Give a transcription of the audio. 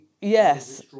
Yes